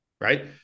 right